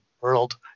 world